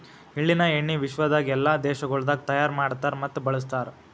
ಎಳ್ಳಿನ ಎಣ್ಣಿ ವಿಶ್ವದಾಗ್ ಎಲ್ಲಾ ದೇಶಗೊಳ್ದಾಗ್ ತೈಯಾರ್ ಮಾಡ್ತಾರ್ ಮತ್ತ ಬಳ್ಸತಾರ್